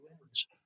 wins